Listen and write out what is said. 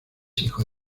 hijo